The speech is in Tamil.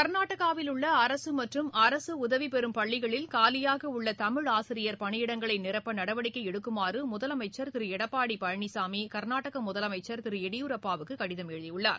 கர்நாடகாவில் உள்ள அரசு மற்றும் அரசு உதவி பெறும் பள்ளிகளில் காலியாக உள்ள தமிழ் ஆசிரியர் பணியிடங்களை நிரப்ப நடவடிக்கை எடுக்குமாறு முதலமைச்சர் திரு எடப்பாடி பழனிசாமி கர்நாடக முதலமைச்சர் திரு எடியூரப்பாவுக்கு கடிதம் எழுதியுள்ளார்